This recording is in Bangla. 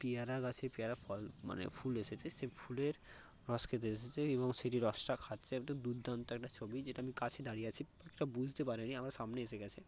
পেয়ারা গাছে পেয়ারা ফল মানে ফুল এসেছে সে ফুলের রস খেতে এসেছে এবং সেটি রসটা খাচ্ছে একটা দুর্দান্ত একটা ছবি যেটা আমি কাছে দাঁড়িয়ে আছি পাখিটা বুঝতে পারেনি আমার সামনে এসে গিয়েছে